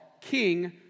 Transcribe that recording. king